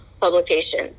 publication